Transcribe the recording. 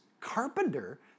carpenter